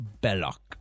Belloc